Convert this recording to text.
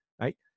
Right